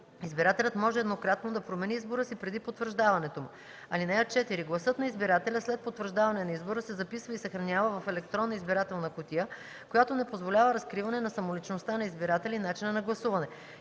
Избирателят може еднократно да промени избора си преди потвърждаването му. (4) Гласът на избирателя, след потвърждаване на избора, се записва и съхранява в електронна избирателна кутия, която не позволява разкриване на самоличността на избирателя и начина на гласуване.